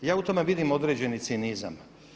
Ja u tome vidim određeni cinizam.